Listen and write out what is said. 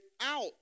out